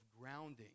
grounding